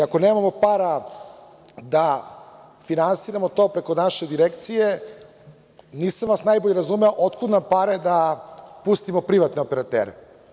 Ako nemamo para da finansiramo to preko naše Direkcije, nisam vas najbolje razumeo, otkud nam pare da pustimo privatne operatere?